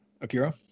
Akira